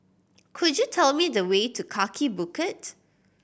could you tell me the way to Kaki Bukit